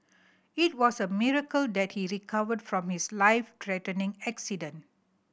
it was a miracle that he recovered from his life threatening accident